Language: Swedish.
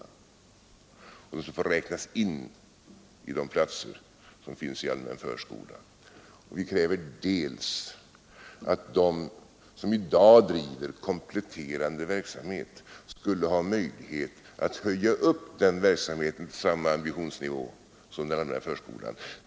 De skulle då få räknas in i de platser som finns i den allmänna förskolan. Vidare kräver vi att de som i dag driver kompletterande verksamhet skulle ha möjligheter att följa upp den verksamheten till samma ambitionsnivå som den allmänna förskolan.